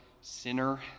sinner